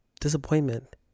disappointment